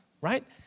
Right